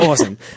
awesome